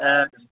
हा